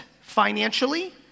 financially